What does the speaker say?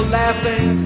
laughing